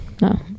No